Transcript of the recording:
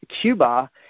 Cuba